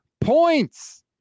points